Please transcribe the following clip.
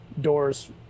doors